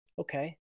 Okay